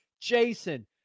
jason